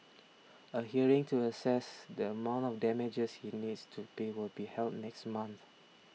a hearing to assess the amount of damages he needs to pay will be held next month